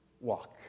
walk